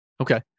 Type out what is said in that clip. Okay